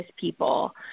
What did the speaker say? people